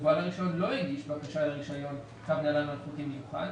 ובעל הרישיון לא הגיש בקשה לרישיון קו נל"ן אלחוטי מיוחד